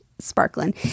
Sparkling